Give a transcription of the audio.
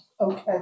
Okay